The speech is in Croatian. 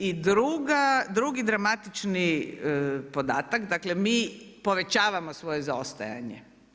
I drugi dramatični podatak, dakle, mi povećavamo svoje zaostajanje.